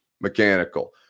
mechanical